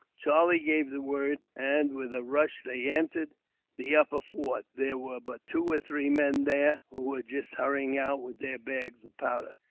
charlie gave the word, and with a rush they entered the upper fort. there were but two or three men there, who were just hurrying out with their bags of powder.